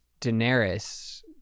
daenerys